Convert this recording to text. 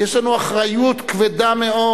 ויש לנו אחריות כבדה מאוד.